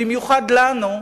במיוחד לנו,